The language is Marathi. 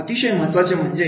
अतिशय महत्त्वाचं म्हणजे